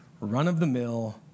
run-of-the-mill